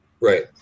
Right